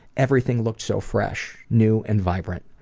everything looked so fresh, new, and vibrant.